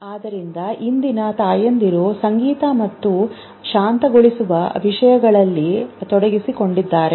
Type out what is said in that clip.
ಆದ್ದರಿಂದ ಇಂದು ತಾಯಂದಿರು ಸಂಗೀತ ಮತ್ತು ಶಾಂತಗೊಳಿಸುವ ವಿಷಯಗಳಲ್ಲಿ ತೊಡಗಿಸಿಕೊಂಡಿದ್ದಾರೆ